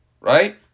right